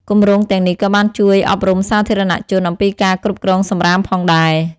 គម្រោងទាំងនេះក៏បានជួយអប់រំសាធារណជនអំពីការគ្រប់គ្រងសំរាមផងដែរ។